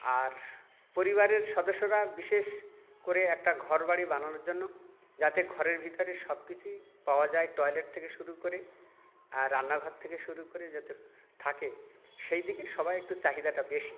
আর পরিবারের সদস্যরা বিশেষ করে একটা ঘরবাড়ি বানানোর জন্য যাতে ঘরের ভিতরে সব কিছুই পাওয়া যায় টয়লেট থেকে শুরু করে আর রান্না ঘর থেকে শুরু করে যত থাকে সেই দিকে সবাই একটু চাহিদাটা বেশি